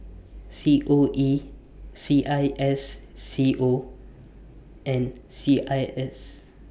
C O E C I S C O and C I S